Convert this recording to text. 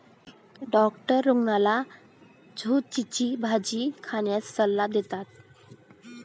doctor रुग्णाला झुचीची भाजी खाण्याचा सल्ला देतात